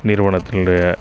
நிறுவனத்தினுடைய